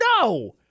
no